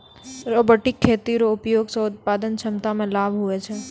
robotic खेती रो उपयोग से उत्पादन क्षमता मे लाभ हुवै छै